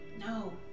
No